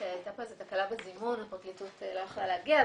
הייתה פה תקלה בזימון והפרקליטות לא יכלה להגיע.